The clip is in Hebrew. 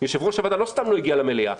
יושב-ראש הוועדה לא סתם לא הגיע למליאה.